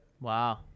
Wow